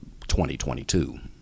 2022